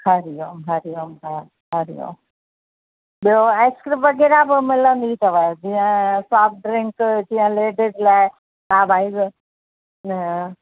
हरि ओम हरि ओम हा हरि ओम ॿियो आइसक्रीम वगै़रह बि मिलंदियूं अथव जीअं सॉफ़्ट ड्रिंक जीअं लेडीज लाइ सा बि आहिनि न